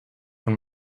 von